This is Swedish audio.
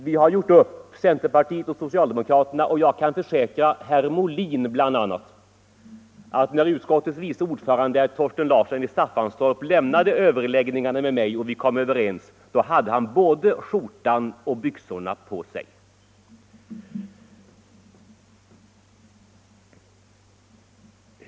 Vi har gjort upp mellan centerpartiet och socialdemokraterna; och jag kan försäkra bl.a. herr Molin om att när utskottets vice ordförande herr Larsson i Staffanstorp lämnade överläggningarna med mig sedan vi kommit överens hade han både skjortan och byxorna på sig.